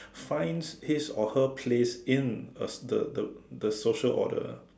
finds his or her place in a the the the social order